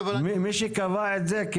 מה רצה להשיג מי שקבע את זה?